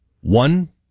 one